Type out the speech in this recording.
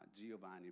Giovanni